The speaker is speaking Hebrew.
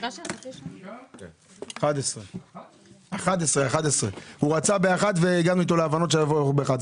11:00. הישיבה ננעלה בשעה